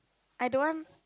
I don't want